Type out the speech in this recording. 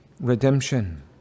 redemption